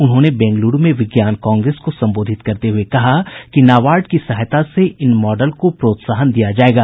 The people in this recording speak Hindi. उन्होंने बेंगलुरू में विज्ञान कांग्रेस को संबोधित करते हुये कहा कि नाबार्ड की सहायता से इन मॉडल को प्रोत्साहन दिया जायेगा